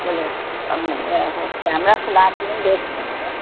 بولو کیمرہ کھلواتی ہوں دیکھتی ہوں مگر